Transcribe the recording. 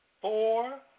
Four